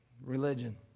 Religion